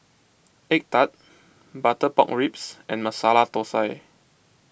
Egg Tart Butter Pork Ribs and Masala Thosai